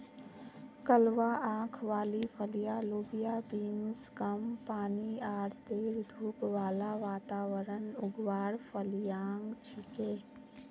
कलवा आंख वाली फलियाँ लोबिया बींस कम पानी आर तेज धूप बाला वातावरणत उगवार फलियां छिके